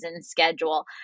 schedule